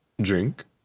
Drink